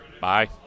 bye